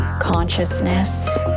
consciousness